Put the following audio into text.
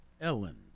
Ellen